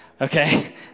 Okay